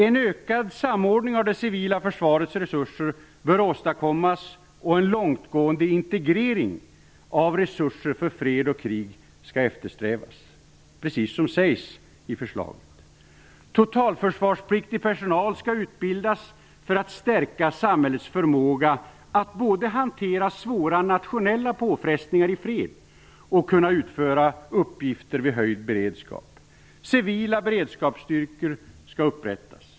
En ökad samordning av det civila försvarets resurser bör åstadkommas och en långtgående integrering av resurser för fred och krig skall eftersträvas, precis som det sägs i förslaget. Totalförsvarspliktig personal skall utbildas för att stärka samhällets förmåga att både hantera svåra nationella påfrestningar i fred och kunna utföra uppgifter vid höjd beredskap. Civila beredskapsstyrkor skall upprättas.